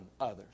others